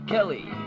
Kelly